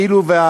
כאילו,